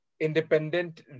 independent